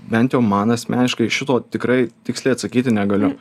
bent jau man asmeniškai šito tikrai tiksliai atsakyti negaliu